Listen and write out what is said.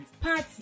party